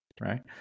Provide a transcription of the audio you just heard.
right